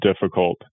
difficult